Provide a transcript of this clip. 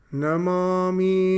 namami